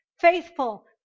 faithful